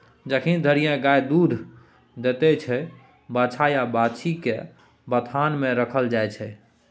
जखन धरि गाय दुध दैत छै बछ्छा या बाछी केँ बथान मे राखल जाइ छै